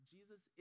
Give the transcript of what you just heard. Jesus